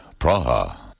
Praha